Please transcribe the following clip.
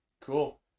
Cool